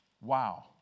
Wow